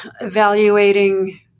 evaluating